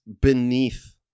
beneath